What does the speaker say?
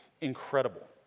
incredible